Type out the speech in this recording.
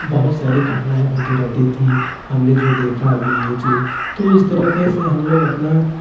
बहुत सारी घटनाएँ होती रहती थी हमने जो देखा अभी यह चीज़ तो इस तरीके से हम लोग अपना